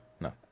no